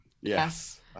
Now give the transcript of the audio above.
Yes